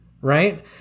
right